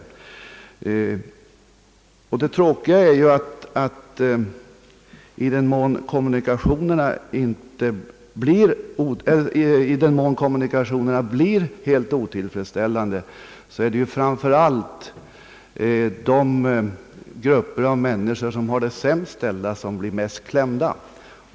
Det tråkiga är ju, att i den mån kommunikationerna blir helt otillfredsställande, det framför allt är de grupper som har det sämst ställt som blir mest klämda.